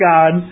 God